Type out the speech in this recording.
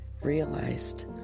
realized